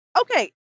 okay